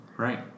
Right